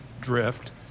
drift